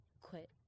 quit